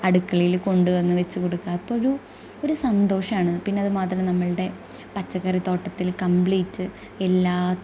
അടുക്കളയിൽ കൊണ്ടുവന്ന് വെച്ച് കൊടുക്കുക അപ്പം ഒരു ഒരു സന്തോഷം ആണ് പിന്നെ അത് മാത്രമല്ല നമ്മുടെ പച്ചക്കറിത്തോട്ടത്തിൽ കമ്പ്ലീറ്റ് എല്ലാ